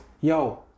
Yo